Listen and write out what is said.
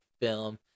film